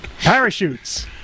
Parachutes